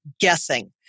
guessing